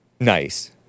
nice